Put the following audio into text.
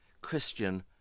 Christian